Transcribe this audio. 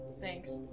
Thanks